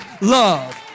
love